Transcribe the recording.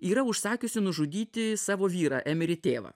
yra užsakiusi nužudyti savo vyrą emiri tėvą